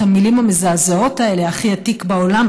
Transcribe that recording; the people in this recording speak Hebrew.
המילים המזעזעות האלה: הכי עתיק בעולם,